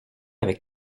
avec